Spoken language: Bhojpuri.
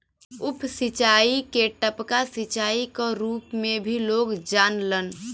उप सिंचाई के टपका सिंचाई क रूप में भी लोग जानलन